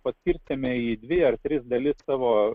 paskirstėme į dvi ar tris dalis savo